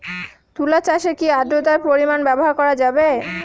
তুলা চাষে কি আদ্রর্তার পরিমাণ ব্যবহার করা যাবে?